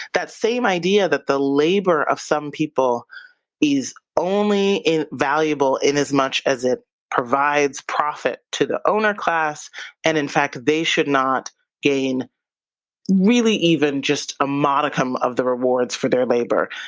that same idea that the labor of some people is only valuable in as much as it provides profit to the owner class and in fact they should not gain really even just a modicum of the rewards for their labor.